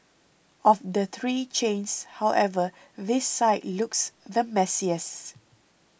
of the three chains however this site looks the messiest